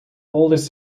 oldest